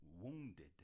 wounded